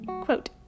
quote